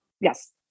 yes